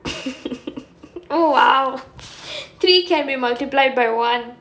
oh !wow! three can be multiplied by one